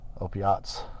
opiates